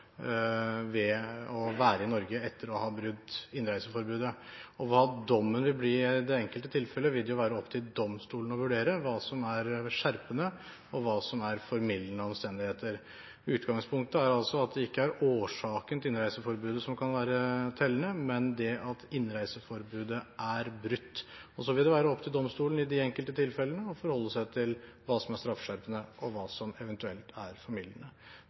ved å være i Norge etter å ha brutt innreiseforbudet. Hva dommen vil bli i det enkelte tilfelle, vil det være opp til domstolen å vurdere – hva som er skjerpende, og hva som er formildende omstendigheter. Utgangspunktet er altså at det ikke er årsaken til innreiseforbudet som kan være tellende, men det at innreiseforbudet er brutt. Så vil det være opp til domstolen i de enkelte tilfellene å forholde seg til hva som er straffeskjerpende, og hva som eventuelt er